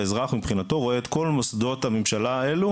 האזרח מבחינתו רואה את כל מוסדות הממשלה האלה